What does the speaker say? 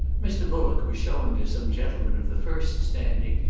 mr. bullock was shewing to some gentlemen of the first standing,